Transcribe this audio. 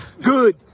Good